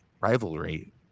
rivalry